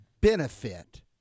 benefit